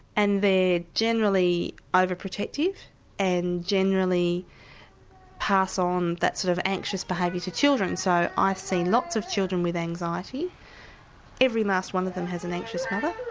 and they're generally ah over-protective and generally pass on that sort of anxious behaviour to children. so i see lots of children with anxiety every last one of them has an anxious mother.